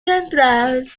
central